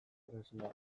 tresna